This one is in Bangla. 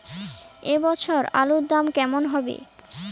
এ বছর আলুর দাম কেমন হবে?